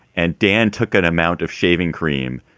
and dan took an amount of shaving cream,